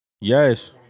Yes